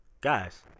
Guys